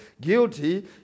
guilty